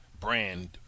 brand